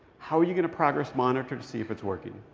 how are you going to progress-monitor to see if it's working?